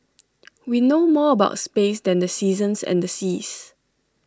we know more about space than the seasons and the seas